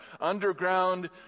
underground